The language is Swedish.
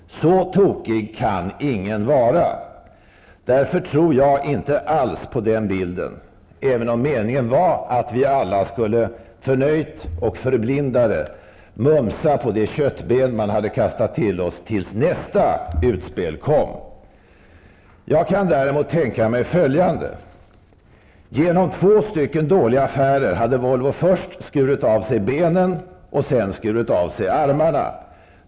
Så tokig kan ingen vara. Därför tror jag inte alls på den bilden, även om meningen var att vi alla förnöjt och förblindade skulle mumsa på det köttben som man hade kastat till oss tills nästa utspel kom. Jag kan däremot tänka mig följande: Genom två dåliga affärer hade Volvo först skurit av sig benen och sedan skurit av sig armarna.